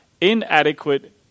inadequate